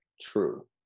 True